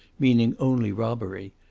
meaning only robbery.